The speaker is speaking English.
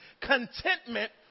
contentment